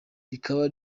rikaba